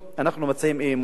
אנחנו מציעים אי-אמון בממשלה.